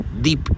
Deep